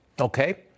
Okay